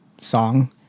song